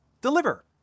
deliver